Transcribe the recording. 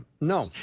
No